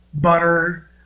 butter